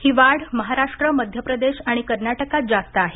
ही वाढ महाराष्ट्र मध्य प्रदेश आणि कर्नाटकात जास्त आहे